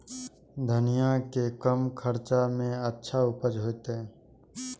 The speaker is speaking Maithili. धनिया के कम खर्चा में अच्छा उपज होते?